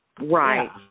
Right